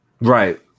right